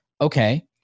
Okay